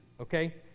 Okay